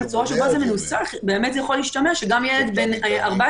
בצורה שבה זה מנוסח יכול להשתמע שגם ילד בן 14